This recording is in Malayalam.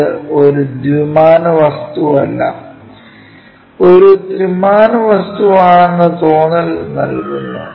അത് ഒരു ദ്വിമാന വസ്തുവല്ല ഒരു ത്രിമാന വസ്തുവാണെന്ന തോന്നൽ നൽകുന്നു